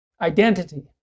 identity